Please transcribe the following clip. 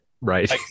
right